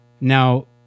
Now